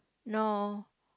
no